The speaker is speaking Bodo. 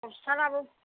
हस्पितालयाबो